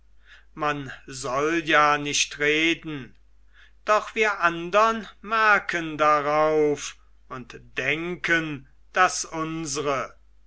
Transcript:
man soll ja nicht reden doch wir andern merken darauf und denken das unsre